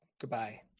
goodbye